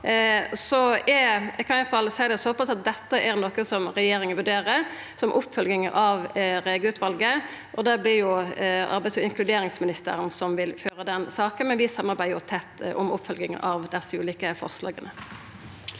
dette er noko som regjeringa vurderer som oppfølging av Rege-utvalet. Det vert arbeids- og inkluderingsministeren som vil føra den saka, men vi samarbeider tett om oppfølging av desse ulike forslaga.